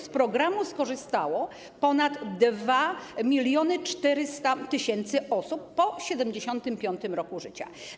Z programu skorzystało ponad 2400 tys. osób po 75. roku życia.